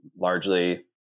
largely –